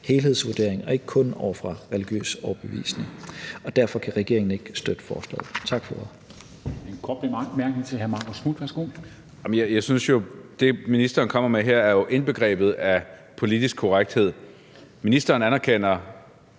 helhedsvurdering og ikke kun ud fra religiøs overbevisning. Derfor kan regeringen ikke støtte forslaget. Tak for